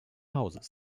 hauses